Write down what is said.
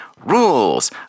rules